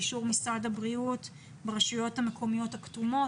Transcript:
באישור משרד הבריאות ברשויות המקומיות הכתומות